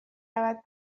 رود